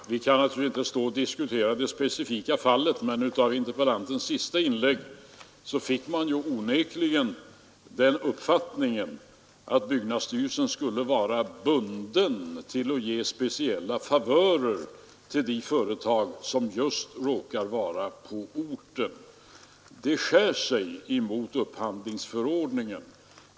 Herr talman! Vi kan naturligtvis inte stå och diskutera det specifika fallet. Men av interpellantens senaste inlägg fick man onekligen den uppfattningen att byggnadsstyrelsen borde vara bunden att ge speciella favörer till de företag som just råkar vara på orten. Det skär sig mot upphandlingsförordningen.